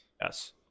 yes